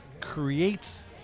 creates